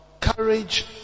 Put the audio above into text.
courage